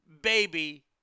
Baby